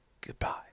goodbye